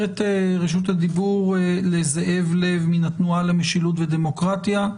את רשות הדיבור לזאב לב מהתנועה למשילות ודמוקרטיה.